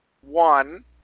one